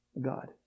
God